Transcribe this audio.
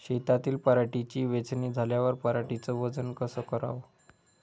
शेतातील पराटीची वेचनी झाल्यावर पराटीचं वजन कस कराव?